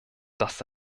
das